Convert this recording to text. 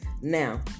Now